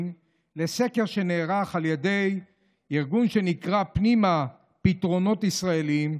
לסקר שנערך על ידי ארגון שנקרא "פנימה" פתרונות ישראליים.